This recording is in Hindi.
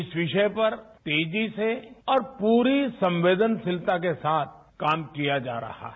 इस विषय पर तेजी से और पूरी संवेदनशीलता के साथ काम किया जा रहा है